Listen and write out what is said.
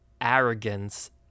arrogance